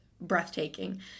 breathtaking